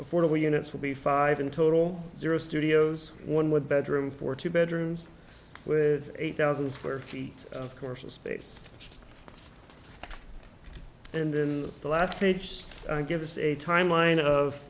affordable units will be five in total zero studios one with bedroom for two bedrooms with eight thousand square feet of course a space and then the last page she gives a timeline of